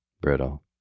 brittle